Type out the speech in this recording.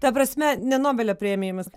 ta prasme ne nobelio premijomis